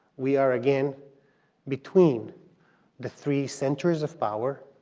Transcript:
we are again between the three centers of power,